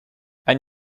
ein